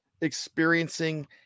experiencing